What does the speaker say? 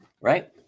right